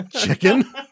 Chicken